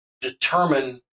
determine